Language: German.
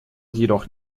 jedoch